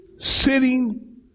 sitting